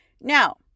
Now